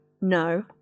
no